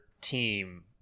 team